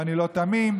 ואני לא תמים,